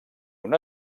una